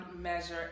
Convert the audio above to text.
Measure